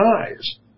eyes